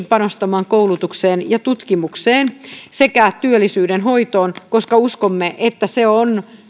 panostamaan pikemminkin koulutukseen ja tutkimukseen sekä työllisyyden hoitoon koska uskomme että se on